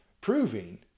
proving